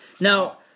Now